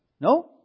No